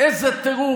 איזה טירוף.